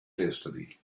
destiny